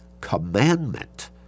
commandment